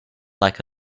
like